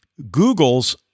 Googles